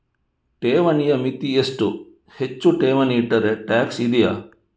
ಠೇವಣಿಯ ಮಿತಿ ಎಷ್ಟು, ಹೆಚ್ಚು ಠೇವಣಿ ಇಟ್ಟರೆ ಟ್ಯಾಕ್ಸ್ ಇದೆಯಾ?